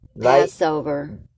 Passover